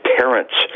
parents